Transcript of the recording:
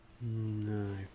No